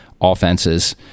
offenses